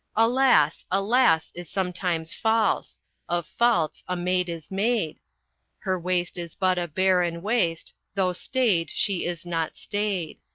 alas, a lass is sometimes false of faults a maid is made her waist is but a barren waste though stayed she is not staid.